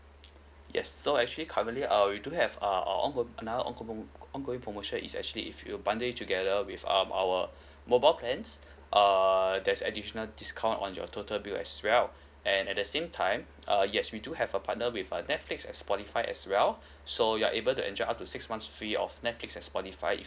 yes so actually currently uh we do have err our ongo~ another ongo~ ongoing promotion is actually if you bundle it together with um our mobile plans err there's additional discount on your total bill as well and at the same time uh yes we do have a partner with uh Netflix as Sportify as well so you're able to enjoy up to six months free of Netflix as Sportify if